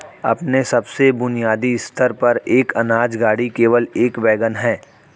अपने सबसे बुनियादी स्तर पर, एक अनाज गाड़ी केवल एक वैगन है